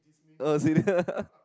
oh serious